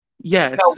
yes